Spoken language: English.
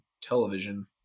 television